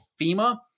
FEMA